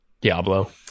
Diablo